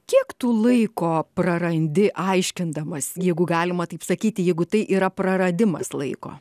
kiek tu laiko prarandi aiškindamas jeigu galima taip sakyti jeigu tai yra praradimas laiko